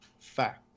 Fact